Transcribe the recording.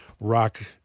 rock